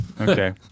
Okay